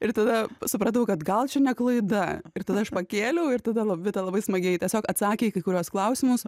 ir tada supratau kad gal čia ne klaida ir tada aš pakėliau ir tada vita labai smagiai tiesiog atsakė į kai kuriuos klausimus